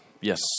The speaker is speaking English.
yes